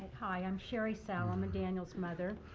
hi. i'm sherry solomon. daniel's mother.